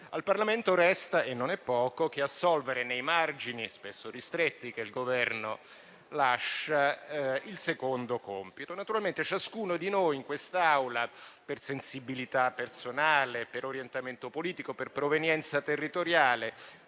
Al Parlamento non resta - e non è poco - che assolvere, nei margini spesso ristretti che il Governo lascia, il secondo compito. Ciascuno di noi in quest'Aula per sensibilità personale, orientamento politico e provenienza territoriale